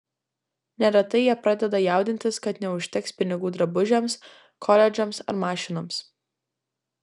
neretai jie pradeda jaudintis kad neužteks pinigų drabužiams koledžams ar mašinoms